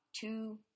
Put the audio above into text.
Two